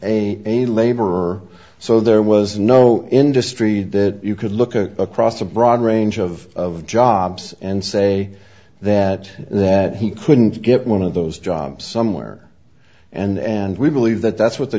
a laborer so there was no industry that you could look at across a broad range of jobs and say that that he couldn't get one of those jobs somewhere and we believe that that's what the